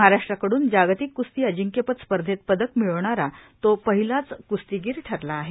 महाराष्ट्राकडून जागतिक कुस्ती अजिंक्यपद स्पर्धेत पदक मिळवणारा तो पहिलाच कुस्तीगिर ठरला आहे